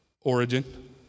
Origin